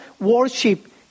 worship